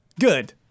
Good